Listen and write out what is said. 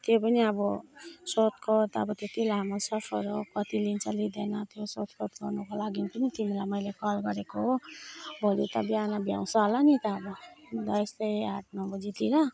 त्यही पनि अब सोधखोज अब त्यति लामो सफर हो कति लिन्छ लिँदैन त्यो सोध्नका लागि पनि तिमीलाई मैले कल गरेको हो भोलि त बिहान भ्याउँछ होला नि त अब यस्तै आठ नौ बजीतिर